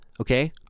okay